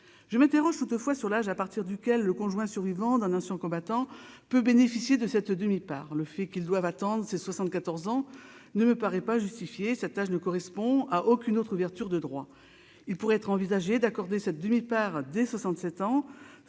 je m'interroge toutefois sur l'âge à partir duquel le conjoint survivant d'un ancien combattant peut bénéficier de cette demi-par le fait qu'ils doivent attendre ses 74 ans, ne me paraît pas justifié sa tâche ne correspond à aucune autre ouverture de droit, il pourrait être envisagé d'accorder cette demi-part des 67 ans,